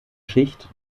schicht